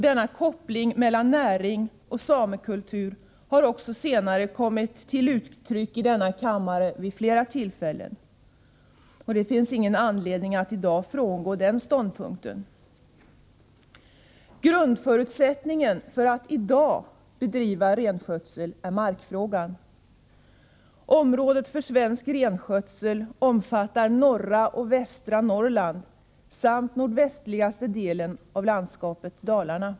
Denna koppling mellan näring och samekultur har också senare kommit till uttryck i denna kammare vid flera tillfällen. Det finns ingen anledning att i dag frångå denna ståndpunkt. Grundförutsättningen för att i dag bedriva renskötsel är markfrågan. Området för svensk renskötsel omfattar norra och västra Norrland samt nordvästligaste delen av landskapet Dalarna.